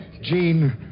Jean